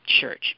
Church